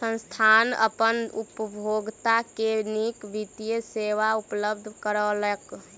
संस्थान अपन उपभोगता के नीक वित्तीय सेवा उपलब्ध करौलक